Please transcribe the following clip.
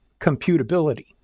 computability